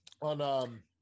On